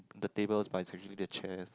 the table by surgery the chairs